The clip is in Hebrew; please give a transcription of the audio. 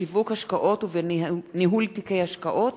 בשיווק השקעות ובניהול תיקי השקעות